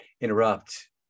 interrupt